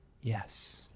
Yes